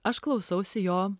aš klausausi jo